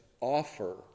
offer